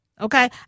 Okay